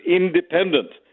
independent